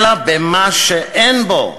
אלא במה שאין בו.